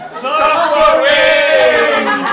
suffering